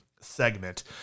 segment